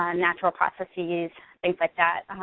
ah natural processes, things like that.